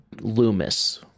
Loomis